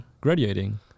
graduating